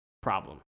problem